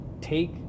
take